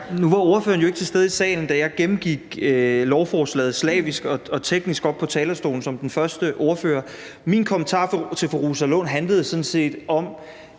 Nu var ordføreren jo ikke til stede i salen, da jeg gennemgik lovforslaget slavisk og teknisk oppe på talerstolen som den første ordfører. Min kommentar til fru Rosa Lund handlede sådan set om